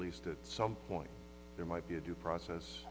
least at some point there might be a due process